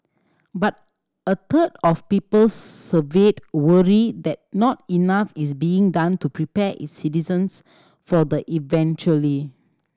but a third of people surveyed worry that not enough is being done to prepare its citizens for the eventuality